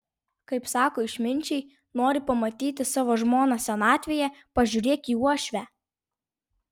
kaip sako išminčiai nori pamatyti savo žmoną senatvėje pažiūrėk į uošvę